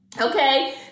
okay